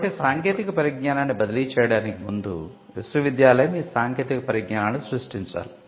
కాబట్టి సాంకేతిక పరిజ్ఞానాన్ని బదిలీ చేయడానికి ముందు విశ్వవిద్యాలయం ఈ సాంకేతిక పరిజ్ఞానాలను సృష్టించాలి